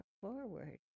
forward